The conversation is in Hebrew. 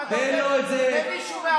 אם אתה נותן למישהו 100%,